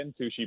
sushi